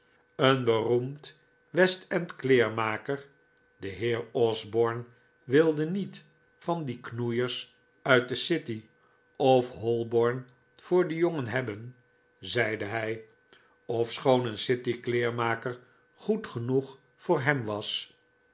een beroemd west-end kleermaker de heer osborne wilde niet van die knoeiers uit de city of holborn voor den jongen hebben zeide hij ofschoon een city kleermaker goed genoeg voor hem was